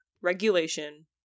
regulation